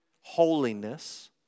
holiness